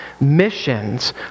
missions